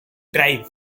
drive